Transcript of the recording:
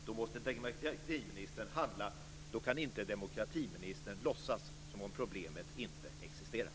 Då måste demokratiministern handla. Då kan demomkratiministern inte låtsas som om problemet inte existerar.